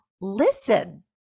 listen